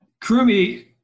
Krumi